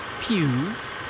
pews